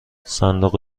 صندوق